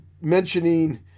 mentioning